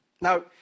Now